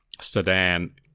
sedan